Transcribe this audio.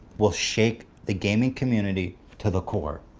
will shake the gaming community to the core.